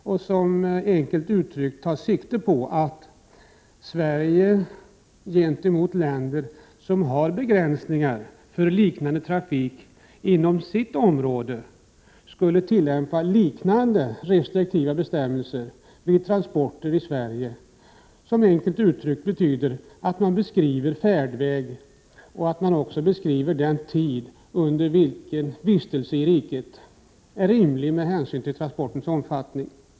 Motionen siktar på att Sverige, gentemot länder som har begränsningar för liknande trafik inom sitt område, skulle tillämpa liknande restriktiva bestämmelser vid transporter i Sverige. Enkelt uttryckt betyder det att färdvägen beskrivs och att den tid under vilken vistelse i riket är rimlig med hänsyn till transportens omfattning anges.